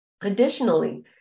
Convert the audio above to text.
Additionally